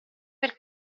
per